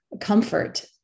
comfort